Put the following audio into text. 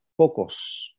pocos